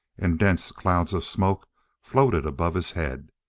and dense clouds of smoke floated above his head.